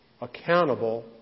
accountable